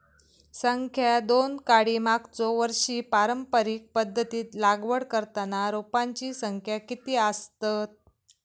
संख्या दोन काडी मागचो वर्षी पारंपरिक पध्दतीत लागवड करताना रोपांची संख्या किती आसतत?